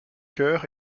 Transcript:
cœur